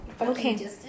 Okay